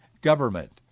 government